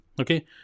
Okay